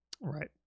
Right